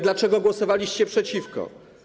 Dlaczego głosowaliście przeciwko?